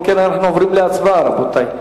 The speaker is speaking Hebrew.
אם כן, אנחנו עוברים להצבעה, רבותי.